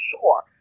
sure